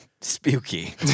Spooky